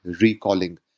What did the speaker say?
recalling